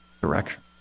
direction